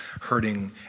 hurting